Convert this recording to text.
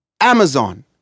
Amazon